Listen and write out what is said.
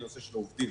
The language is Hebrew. נושא של העובדים.